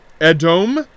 Edom